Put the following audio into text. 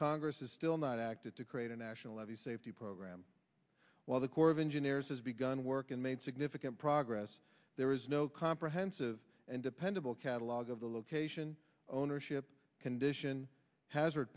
congress has still not acted to create a national levees safety program while the corps of engineers has begun work and made significant progress there is no comprehensive and dependable catalog of the locate ownership condition hazard